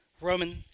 Roman